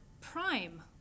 prime